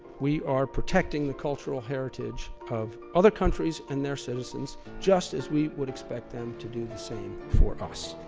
we are protecting the cultural heritage of other countries and their citizens, just as we would expect them to do the same for us.